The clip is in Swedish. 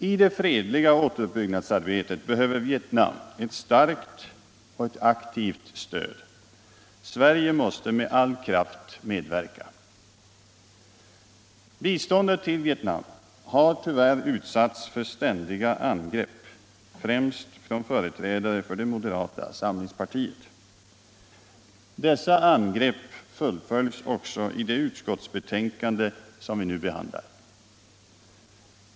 I det fredliga återuppbyggnadsarbetet behöver Vietnam ett starkt och aktivt stöd. Sverige måste med all kraft medverka. Biståndet till Vietnam har tyvärr utsatts för ständiga angrepp, främst från företrädare för moderata samlingspartiet. Dessa angrepp fullföljs också i det utskottsbetänkande som vi nu behandlar.